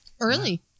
Early